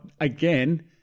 again